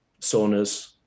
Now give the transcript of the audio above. saunas